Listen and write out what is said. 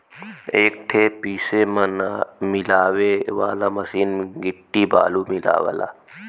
एक ठे पीसे मिलावे वाला मसीन गिट्टी बालू मिलावला